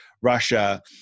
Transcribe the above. Russia